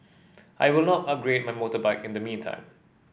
I will not upgrade my motorbike in the meantime